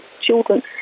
children